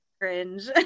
cringe